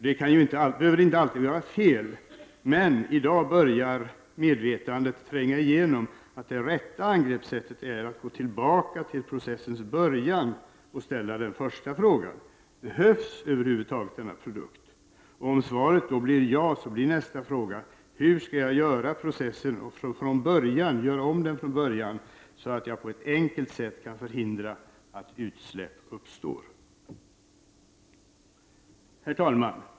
Det behöver inte alltid vara fel, men i dag börjar medvetandet tränga igenom att det rätta angreppssättet är att gå tillbaka till processens början och ställa den första frågan: Behövs över huvud taget denna produkt? Om svaret då blir ja, blir nästa fråga: Hur skall jag göra om processen från början så att jag på ett enkelt sätt kan förhindra att utsläpp uppstår? Herr talman!